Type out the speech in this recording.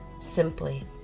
simply